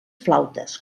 flautes